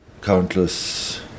countless